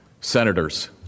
senators